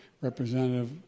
representative